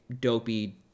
dopey